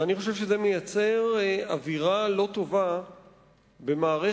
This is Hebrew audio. ואני חושב שזה מייצר אווירה לא טובה במערכת